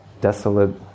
desolate